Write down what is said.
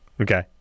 Okay